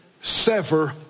sever